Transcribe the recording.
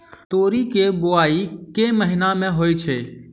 तोरी केँ बोवाई केँ महीना मे होइ छैय?